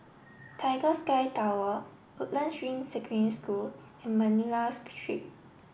Tiger Sky Tower Woodlands Ring Secondary School and Manila Street